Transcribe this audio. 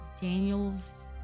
Daniels